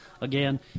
again